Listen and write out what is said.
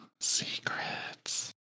Secrets